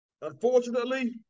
Unfortunately